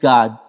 God